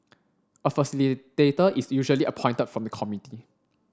a facilitator is usually appointed from the committee